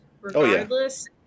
regardless